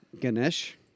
Ganesh